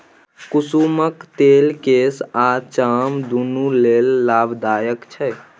कुसुमक तेल केस आ चाम दुनु लेल लाभदायक छै